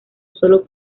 solo